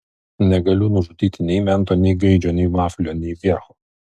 negaliu nužudyti nei mento nei gaidžio nei vaflio nei viercho